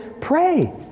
pray